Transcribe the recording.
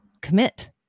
commit